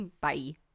Bye